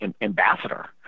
ambassador